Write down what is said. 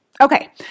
Okay